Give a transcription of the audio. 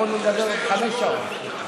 יכולנו לדבר עוד חמש שעות.